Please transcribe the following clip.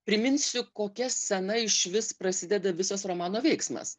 priminsiu kokia scena išvis prasideda visas romano veiksmas